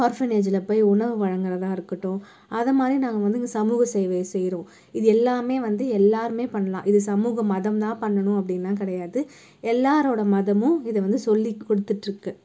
ஆர்ஃபனேஜில் போய் உணவு வழங்கறதாக இருக்கட்டும் அதை மாதிரி நாங்கள் வந்து இங்கே சமூக சேவை செய்கிறோம் இது எல்லாமே வந்து எல்லோருமே பண்ணலாம் இது சமூக மதம்தான் பண்ணணும் அப்படின்லாம் கிடையாது எல்லாரோடய மதமும் இதை வந்து சொல்லிக் கொடுத்துட்டுருக்கு